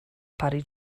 parry